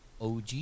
OG